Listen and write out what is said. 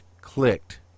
clicked